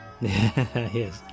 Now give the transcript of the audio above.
Yes